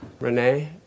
Renee